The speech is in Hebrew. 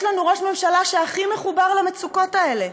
יש לנו ראש ממשלה שהכי מחובר למצוקות האלה,